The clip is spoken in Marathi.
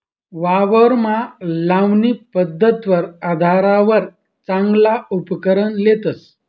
वावरमा लावणी पध्दतवर आधारवर चांगला उपकरण लेतस